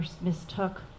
mistook